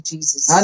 Jesus